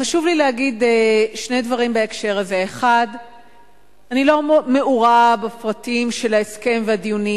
חשוב לי להגיד שני דברים בהקשר הזה: 1. אני לא מעורה בפרטים של ההסכם והדיונים.